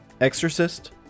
Exorcist